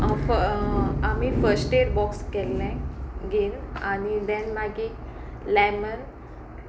आमी फ आमी फस्ट एड बॉक्स केल्लें घेयन आनी दॅन मागीर लॅमन